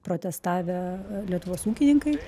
protestavę lietuvos ūkininkai